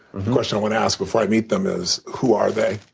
the question i want to ask before i meet them is, who are they?